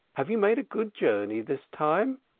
have you made a good journey this time?